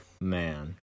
Man